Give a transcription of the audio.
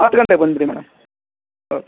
ಹತ್ತು ಗಂಟೆಗೆ ಬಂದು ಬಿಡಿ ಮೇಡಮ್ ಓಕೆ